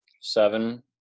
seven